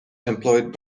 employed